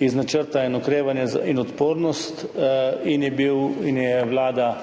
iz Načrta za okrevanje in odpornost, Vlada jo je,